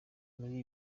muri